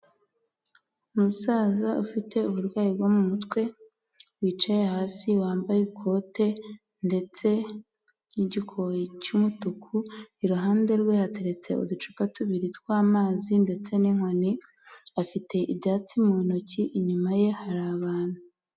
Umusaza ufite uburwayi bwo mu mutwe, wicaye hasi wambaye ikote ndetse n'igikori cy'umutuku, iruhande rwe hateretse uducupa tubiri tw'amazi ndetse n'inkoni afite ibyatsi mu ntoki inyuma ye hari abantu.